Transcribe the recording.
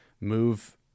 move